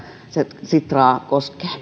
se sitraa koskee